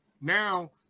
now